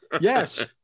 yes